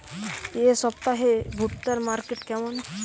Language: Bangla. এই সপ্তাহে ভুট্টার মার্কেট কেমন?